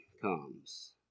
comes